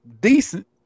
decent